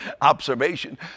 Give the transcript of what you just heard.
observation